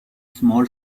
small